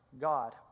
God